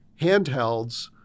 handhelds